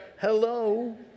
Hello